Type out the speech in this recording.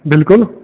بلکُل